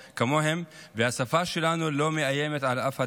כמותם, והשפה שלנו לא מאיימת על אף אחד,